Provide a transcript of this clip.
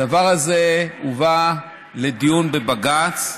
הדבר הזה הובא לדיון בבג"ץ,